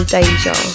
Deja